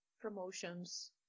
promotions